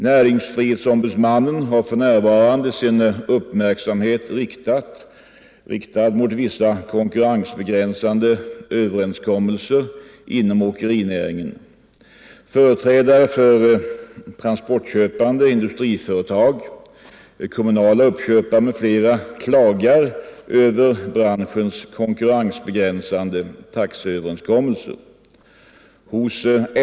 Näringsfrihetsombudsmannen har för närvarande sin uppmärksamhet riktad mot vissa konkurrensbegränsande överenskommelser inom åkerinäringen. Företrädare för transportköpande industriföretag, kommunala uppköpare m.fl. klagar över branschens konkurrensbegränsande taxeöverenskommelser.